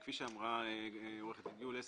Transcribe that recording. כפי שאמרה עורכת הדין יולס,